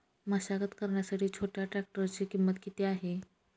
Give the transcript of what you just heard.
मशागत करण्यासाठी छोट्या ट्रॅक्टरची किंमत किती आहे?